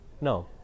No